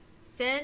Sin